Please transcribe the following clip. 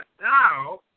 now